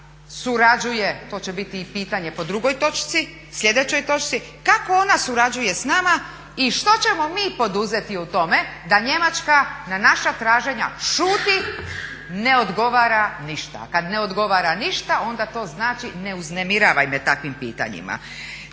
njemačka surađuje, to će biti i pitanje po drugoj točci, sljedećoj točci kako ona surađuje sa nama i što ćemo mi poduzeti u tome da Njemačka na naša traženja šuti, ne odgovara ništa. A kad ne odgovara ništa onda to znači ne uznemiravaj me takvim pitanjima.